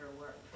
work